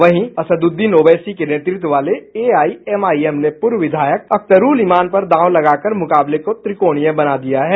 वहीं असद उद्दीन ओवैसी के नेतृत्व वाले एआईएमआई एम ने पूर्व विधायक अख्तरूल इमान पर दांव लगाकर मुकाबले को त्रिकोणीय बना दिया है